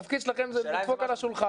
השאלה אם התפקיד שלכם זה לדפוק על השולחן,